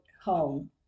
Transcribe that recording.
home